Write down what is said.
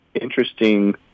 interesting